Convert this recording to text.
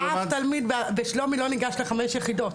אף תלמיד בשלומי לא ניגש לחמש יחידות.